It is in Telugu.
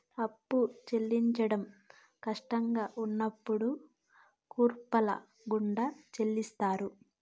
అప్పు చెల్లించడం కట్టంగా ఉన్నప్పుడు కూపన్ల గుండా చెల్లిత్తారు